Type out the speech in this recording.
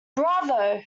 bravo